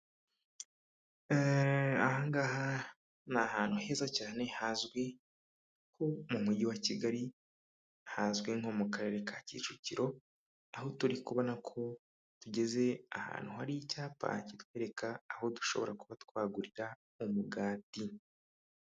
Ahangaha ni ahantu heza cyane hazwi ho mu mujyi wa Kigali hazwi nko mu karere ka Kicukiro aho turi kubona ko tugeze ahantu hari icyapa kitwereka aho dushobora kuba twagurira umugati.